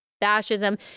fascism